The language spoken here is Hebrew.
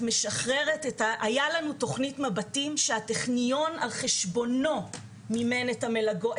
היתה לנו תכנית 'מבטים' שהטכניון על חשבונו מימן את המלגות,